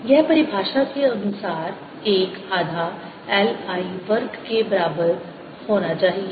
Energy storedlength 0I282ab2πrdrr20I24πlnba यह परिभाषा के अनुसार 1 आधा l I वर्ग के बराबर होना चाहिए